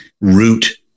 root